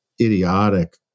idiotic